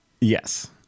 Yes